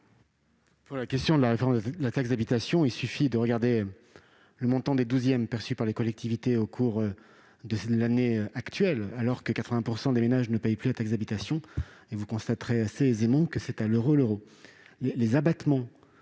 S'agissant de la réforme de la taxe d'habitation, il suffit de regarder le montant des douzièmes perçus par les collectivités au cours de l'année actuelle, alors que 80 % des ménages ne payent plus cette taxe : vous constaterez ainsi aisément que la compensation